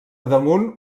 damunt